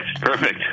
Perfect